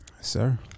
sir